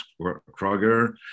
Kroger